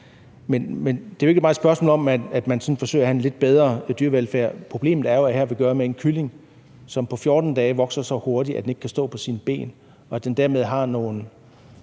Men det er jo ikke bare et spørgsmål om, at man forsøger at have en lidt bedre dyrevelfærd. Problemet er jo, at her har vi at gøre med en kylling, som på 14 dage vokser så hurtigt, at den ikke kan stå på sine ben, og at den dermed har nogle